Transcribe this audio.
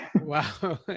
Wow